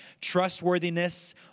trustworthiness